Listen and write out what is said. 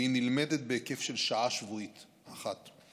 והיא נלמדת בהיקף של שעה שבועית אחת.